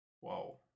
whoa